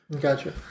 Gotcha